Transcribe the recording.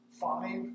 five